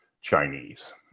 Chinese